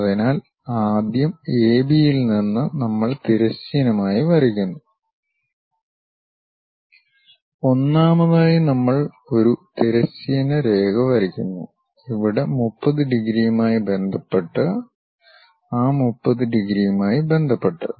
അതിനാൽആദ്യം A B യിൽ നിന്ന് നമ്മൾ തിരശ്ചീനമായി വരയ്ക്കുന്നു ഒന്നാമതായി നമ്മൾ ഒരു തിരശ്ചീന രേഖ വരയ്ക്കുന്നു ഇവിടെ 30 ഡിഗ്രിയുമായി ബന്ധപ്പെട്ട് ആ 30 ഡിഗ്രിയുമായി ബന്ധപ്പെട്ട്